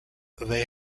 they